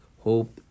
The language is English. Hope